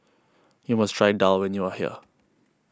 you must try Daal when you are here